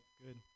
good